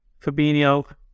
Fabinho